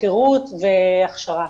היכרות והכשרה,